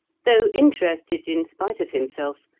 though interested, in spite of himself,